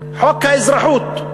חוק האזרחות,